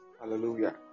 Hallelujah